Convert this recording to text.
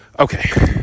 Okay